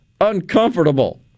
uncomfortable